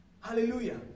Hallelujah